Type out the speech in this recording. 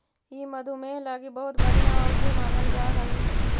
ई मधुमेह लागी बहुत बढ़ियाँ औषधि मानल जा हई